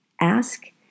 ask